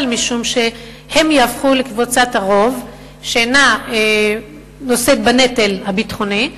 משום שהם יהפכו לקבוצת הרוב שאינה נושאת בנטל הביטחוני,